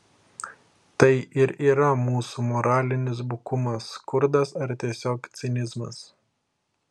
tai ir yra mūsų moralinis bukumas skurdas ar tiesiog cinizmas